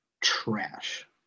trash